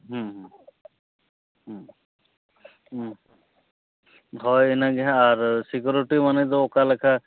ᱦᱮᱸ ᱦᱮᱸ ᱦᱳᱭ ᱤᱱᱟᱹ ᱜᱮ ᱟᱨ ᱥᱤᱠᱩᱨᱤᱴᱤ ᱢᱟᱹᱱᱤ ᱫᱚ ᱚᱠᱟ ᱞᱮᱠᱟ